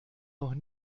noch